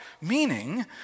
meaning